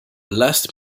last